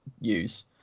use